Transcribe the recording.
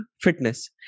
fitness